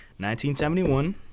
1971